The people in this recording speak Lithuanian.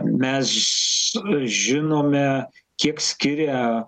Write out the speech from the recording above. mes žinome kiek skiria